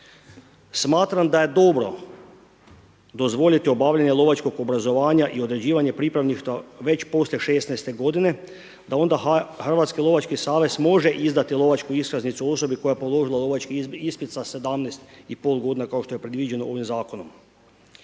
Smatram da je dobro dozvoliti obavljanje lovačkog obrazovanja i određivanje pripravništva već poslije šesnaeste godine, da onda Hrvatski lovački savez može izdati lovačku iskaznicu osobi koja je položila lovački ispit sa sedamnaest i pol godina kao što je predviđeno ovim Zakonom.